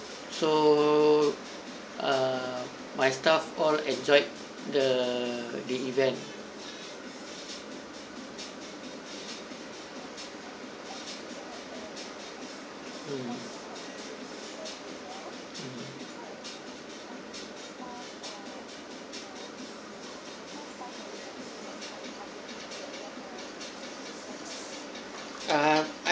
so err my staff all enjoyed the event mm mm ah I~